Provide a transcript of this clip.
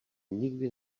nikdy